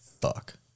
fuck